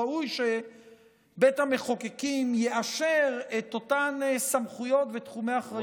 ראוי שבית המחוקקים יאשר את אותן סמכויות ותחומי האחריות.